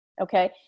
okay